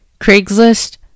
Craigslist